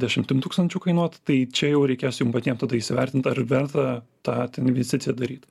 dešimtim tūkstančių kainuot tai čia jau reikės jums patiem tada įsivertint ar verta tą tą investiciją daryt